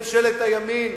ממשלת הימין,